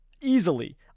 easily